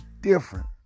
different